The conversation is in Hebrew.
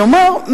כלומר,